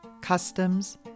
customs